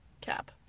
Cap